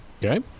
Okay